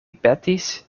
petis